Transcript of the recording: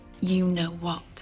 you-know-what